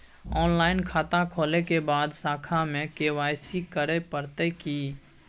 Online खाता खोलै के बाद शाखा में के.वाई.सी करे परतै की?